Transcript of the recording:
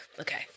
okay